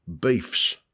beefs